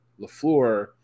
Lafleur